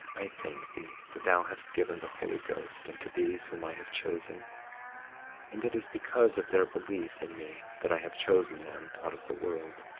i thank thee that thou hast given the holy ghost unto these whom i have chosen and it is because of their belief in me that i have chosen them out of the world.